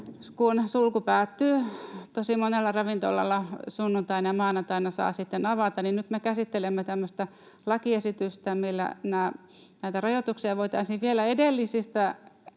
nyt sulku päättyy tosi monella ravintolalla sunnuntaina ja maanantaina saa sitten avata, niin nyt me käsittelemme tämmöistä lakiesitystä, millä näitä rajoituksia voitaisiin vielä edellisistäkin